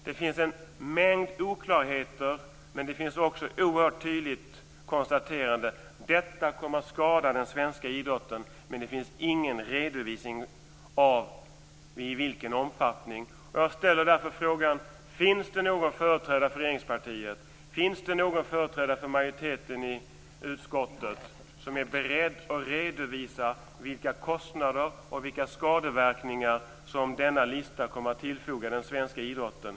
Det finns en mängd oklarheter, men det finns också ett oerhört tydligt konstaterande, nämligen: Detta kommer att skada den svenska idrotten, men det finns ingen redovisning av i vilken omfattning. Jag ställer frågan: Finns det någon företrädare för regeringspartiet och för utskottsmajoriteten som är beredd att redovisa vilka kostnader och vilka skadeverkningar som denna lista kommer att tillfoga den svenska idrotten?